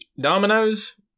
dominoes